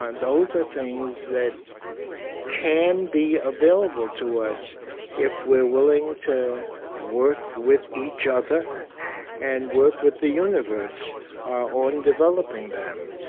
those are things that can be available to us if we're willing to work with each other and work with the universe on developing them.